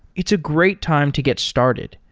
it's a great time to get started.